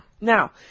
Now